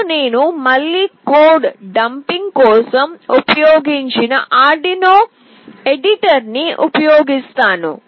ఇప్పుడు నేను మళ్ళీ కోడ్ డంపింగ్ కోసం ఉపయోగించిన ఆర్డ్ యునో ఎడిటర్ని ఉపయోగిస్తాను